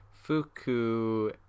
Fuku